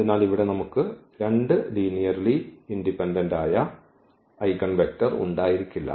അതിനാൽ ഇവിടെ നമുക്ക് രണ്ട് ലീനിയർലി ഇൻഡിപെൻഡന്റ് ആയ ഐഗൻവെക്ടർ ഉണ്ടായിരിക്കില്ല